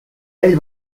ell